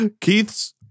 Keith's